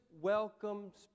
welcomes